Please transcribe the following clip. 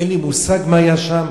אין לי מושג מה היה שם,